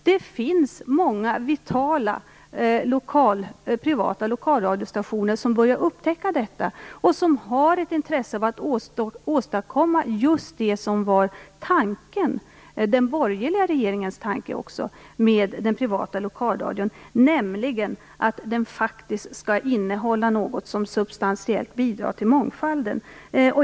Det finns många vitala privata lokalradiostationer som börjar upptäcka detta och som har intresse av att åstadkomma just det som var även den borgerliga regeringens tanke med den privata lokalradion, nämligen att den faktiskt skall innehålla något som substantiellt bidrar till mångfalden.